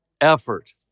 Effort